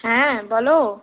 হ্যাঁ বলো